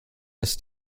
das